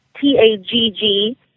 T-A-G-G